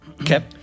Okay